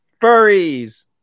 Furries